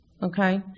okay